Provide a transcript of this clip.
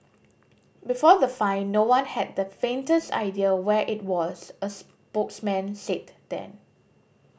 before the find no one had the faintest idea where it was a spokesman said then